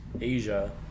Asia